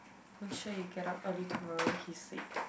make sure you get up early tomorrow he said